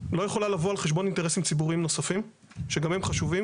לא יכולה לבוא על חשבון אינטרסים ציבוריים נוספים שגם הם חשובים,